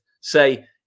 say